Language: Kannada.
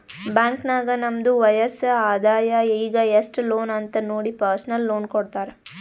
ಬ್ಯಾಂಕ್ ನಾಗ್ ನಮ್ದು ವಯಸ್ಸ್, ಆದಾಯ ಈಗ ಎಸ್ಟ್ ಲೋನ್ ಅಂತ್ ನೋಡಿ ಪರ್ಸನಲ್ ಲೋನ್ ಕೊಡ್ತಾರ್